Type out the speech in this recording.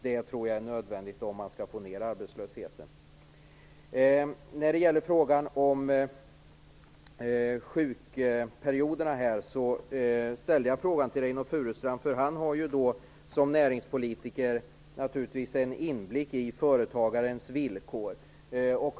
Det tror jag är nödvändigt om man skall få ned arbetslösheten. När det gäller sjukperioderna ställde jag frågan till Reynoldh Furustrand därför att han som näringspolitiker naturligtvis har en inblick i företagarens villkor.